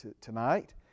tonight